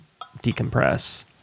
decompress